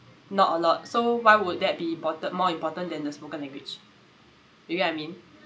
not a lot so why would that be importa~ more important than the spoken language you get what I mean